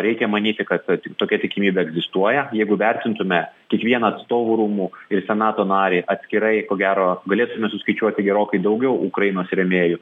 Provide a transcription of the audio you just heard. reikia manyti kad tokia tikimybė egzistuoja jeigu vertintume kiekvieną atstovų rūmų ir senato narį atskirai ko gero galėtume suskaičiuoti gerokai daugiau ukrainos rėmėjų